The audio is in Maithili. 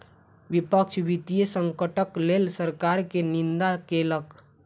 विपक्ष वित्तीय संकटक लेल सरकार के निंदा केलक